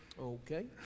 Okay